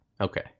Okay